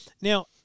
Now